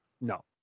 No